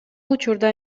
учурда